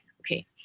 Okay